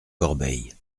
corbeil